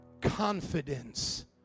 confidence